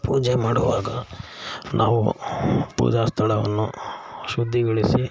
ಪೂಜೆ ಮಾಡುವಾಗ ನಾವು ಪೂಜಾ ಸ್ಥಳವನ್ನು ಶುದ್ಧಿಗೊಳಿಸಿ